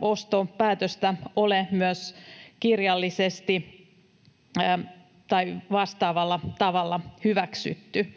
ostopäätöstä ole myös kirjallisesti tai vastaavalla tavalla hyväksytty.